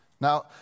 Now